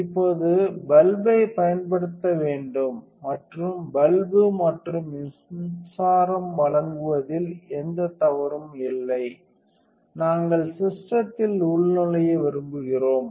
இப்போது பல்பை பயன்படுத்த வேண்டும் மற்றும் பல்பு மற்றும் மின்சாரம் வழங்குவதில் எந்த தவறும் இல்லை நாங்கள் ஸிஸ்டத்தில் உள்நுழைய விரும்புகிறோம்